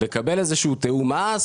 לקבל איזה שהוא תיאום מס,